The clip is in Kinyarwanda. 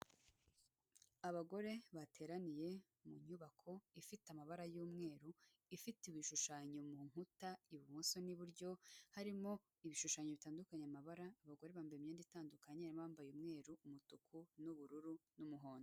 Abagore bateraniye mu nyubako ifite amabara y'umweru, ifite ibishushanyo mu nkuta ibumoso n'iburyo, harimo ibishushanyo bitandukanye amabara, abagore bambaye imyenda itandukanye bambaye umweru, umutuku n'ubururu n'umuhondo.